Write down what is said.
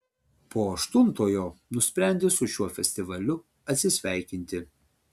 po aštuntojo nusprendė su šiuo festivaliu atsisveikinti